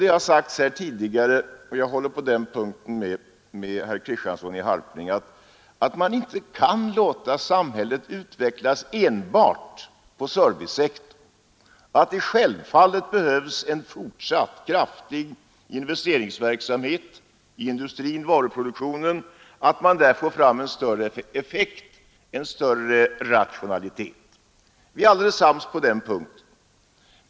Det har sagts här tidigare — och jag håller på den punkten med herr Kristiansson i Harplinge — att man inte kan låta samhället utvecklas enbart på servicesektorn, utan att det självfallet behövs en fortsatt kraftig investeringsverksamhet i industrin och i varuproduktionen så att man där får fram en större effektivitet och rationalisering. Vi är sams på den punkten.